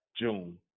June